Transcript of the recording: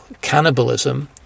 cannibalism